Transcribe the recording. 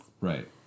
Right